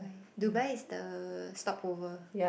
Dubai is the stopover